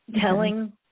telling